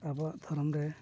ᱟᱵᱚᱣᱟᱜ ᱫᱷᱚᱨᱚᱢ ᱨᱮ